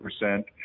percent